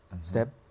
step